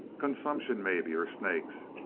consumption, maybe or snakes.